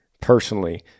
personally